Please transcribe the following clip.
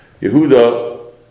Yehuda